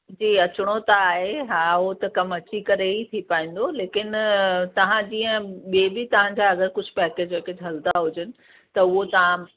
जी अचिणो त आहे हा उहो त कमु अची करे ई थी पाईंदो लेकिन तव्हां जीअं ॿिए बि तव्हांजा अगरि कुझु पैकेज वैकेज हलंदा हुजनि त उहो तव्हां